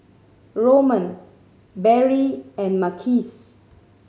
Roman Berry and Marquise